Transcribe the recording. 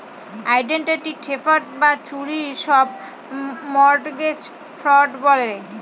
identity theft বা চুরির সব মর্টগেজ ফ্রড হয়